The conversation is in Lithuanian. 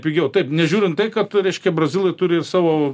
pigiau taip nežiūrint tai kad reiškia brazilai turi ir savo